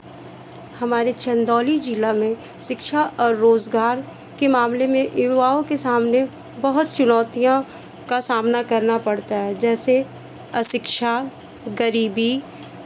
हमारे चंदौली जिला में शिक्षा और रोज़गार के मामले में युवाओं के सामने बहुत चुनौतियों का सामना करना पड़ता है जैसे अशिक्षा गरीबी